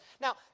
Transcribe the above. Now